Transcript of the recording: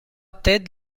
ted